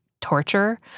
torture